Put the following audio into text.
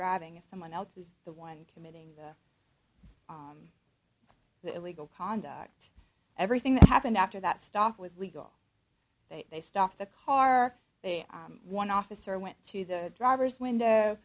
driving if someone else is the one committing the illegal conduct everything that happened after that stop was legal they they stopped the car there one officer went to the driver's window